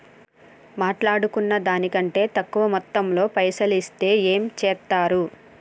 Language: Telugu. మాట్లాడుకున్న దాని కంటే తక్కువ మొత్తంలో పైసలు ఇస్తే ఏం చేత్తరు?